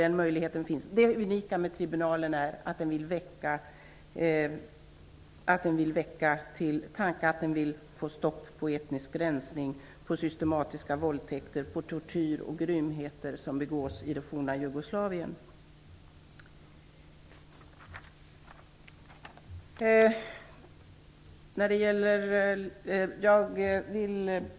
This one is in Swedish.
Det unika med tribunalen är att den vill väcka till tanke och få stopp för etnisk rensning, systematiska våldtäkter, tortyr och grymheter som begås i det forna Herr talman!